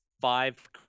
five